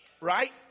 right